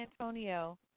Antonio